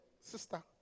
sister